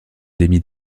démis